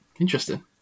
interesting